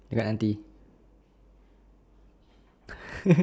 dia cakap nanti